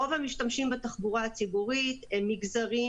רוב המשתמשים בתחבורה הציבורית הם ממגזרים